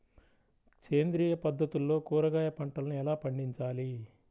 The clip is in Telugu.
సేంద్రియ పద్ధతుల్లో కూరగాయ పంటలను ఎలా పండించాలి?